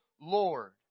Lord